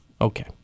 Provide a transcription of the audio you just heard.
Okay